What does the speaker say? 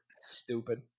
Stupid